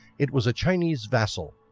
it was a chinese vassal,